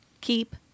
keep